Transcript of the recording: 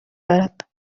دارد